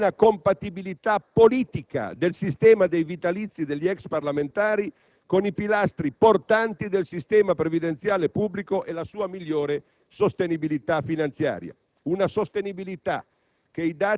la piena compatibilità politica del sistema dei vitalizi degli ex parlamentari con i pilastri portanti del sistema previdenziale pubblico e la sua migliore sostenibilità finanziaria. Una sostenibilità